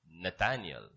Nathaniel